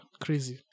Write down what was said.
crazy